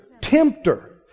Tempter